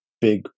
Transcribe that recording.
big